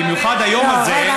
במיוחד היום הזה,